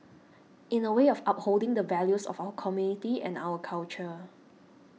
in a way of upholding the values of our community and our culture